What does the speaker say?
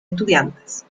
estudiantes